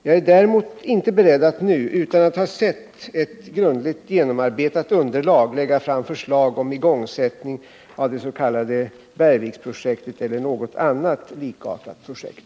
Jag är däremot inte beredd att nu, utan att ha sett ett grundligt genomarbetat underlag, lägga fram förslag om igångsättning av det s.k. Bergviksprojektet eller något annat likartat projekt.